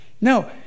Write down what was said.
No